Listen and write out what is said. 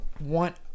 want –